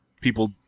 people